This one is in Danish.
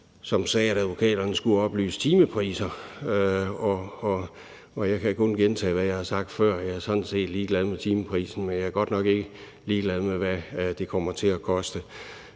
det punkt, at advokaterne skulle oplyse timepriser. Og jeg kan kun gentage, hvad jeg har sagt før, nemlig at jeg sådan set er ligeglad med timeprisen, men at jeg godt nok ikke er ligeglad med, hvad det kommer til at koste.